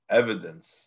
evidence